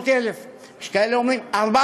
יש כאלה אומרים 500,000, יש כאלה אומרים 400,000,